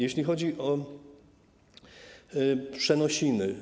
Jeśli chodzi o przenosiny.